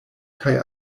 kaj